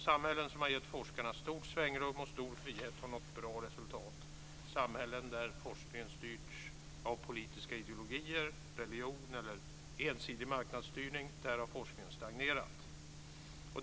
Samhällen som har gett forskarna stort svängrum och stor frihet har nått bra resultat. I samhällen där forskningen styrts av politiska ideologier, religion eller ensidig marknadsstyrning har forskningen stagnerat.